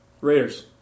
Raiders